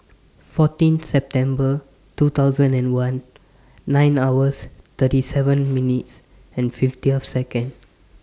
fourteen September two thousand and one nine hours thirty seven minutes fifty of Seconds